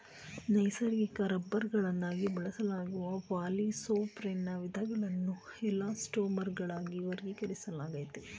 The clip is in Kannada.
ನೈಸರ್ಗಿಕ ರಬ್ಬರ್ಗಳಾಗಿ ಬಳಸಲಾಗುವ ಪಾಲಿಸೊಪ್ರೆನ್ನ ವಿಧಗಳನ್ನು ಎಲಾಸ್ಟೊಮರ್ಗಳಾಗಿ ವರ್ಗೀಕರಿಸಲಾಗಯ್ತೆ